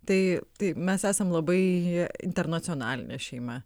tai tai mes esam labai internacionalinė šeima